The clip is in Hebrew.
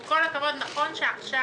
עם כל הכבוד, נכון שעכשיו